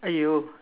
!aiyo!